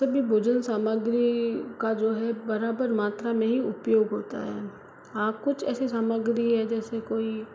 सभी भोजन सामग्री का जो है बराबर मात्रा में ही उपयोग होता है हाँ कुछ ऐसी सामग्री है जैसे कोई